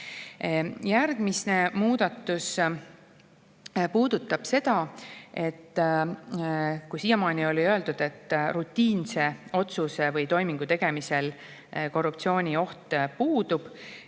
Järgmine muudatus puudutab seda, et siiamaani on öeldud, et rutiinse otsuse või toimingu tegemisel korruptsioonioht puudub.